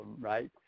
right